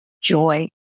joy